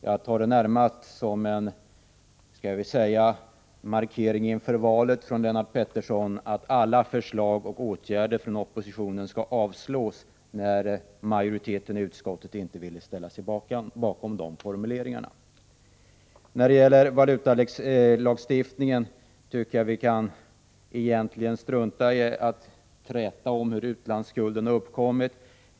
Jag uppfattar Lennart Petterssons uttalanden som en markering inför valet: alla förslag från oppositionens sida skall avslås, när utskottsmajoriteten inte vill ställa sig bakom formuleringarna. Beträffande valutalagstiftningen vill jag säga att jag tycker att vi egentligen kan strunta i att träta om hur utlandsskulden har uppkommit.